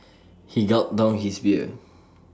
he gulped down his beer